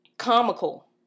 Comical